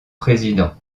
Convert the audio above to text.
président